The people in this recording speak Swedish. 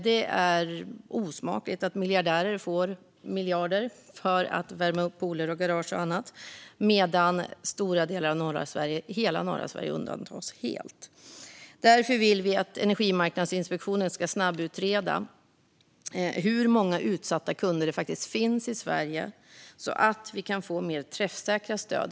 Det är osmakligt att miljardärer får miljarder för att värma upp pooler, garage och annat, medan hela norra Sverige undantas helt. Därför vill vi att Energimarknadsinspektionen ska snabbutreda hur många utsatta kunder det finns i Sverige så att vi kan få mer träffsäkra stöd.